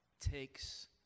takes